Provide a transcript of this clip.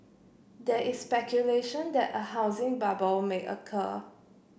there is speculation that a housing bubble may occur